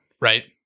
Right